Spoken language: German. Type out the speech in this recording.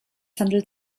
handelt